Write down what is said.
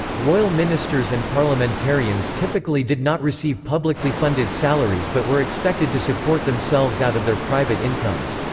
royal ministers and parliamentarians typically did not receive publicly funded salaries but were expected to support themselves out of their private incomes.